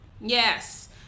Yes